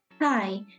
Hi